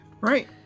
Right